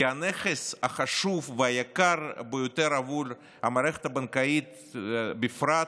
כי הנכס החשוב והיקר ביותר עבור המערכת הבנקאית בפרט,